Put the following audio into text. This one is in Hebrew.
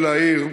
ולהעיר,